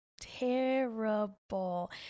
terrible